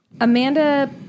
Amanda